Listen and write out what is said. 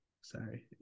Sorry